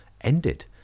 ended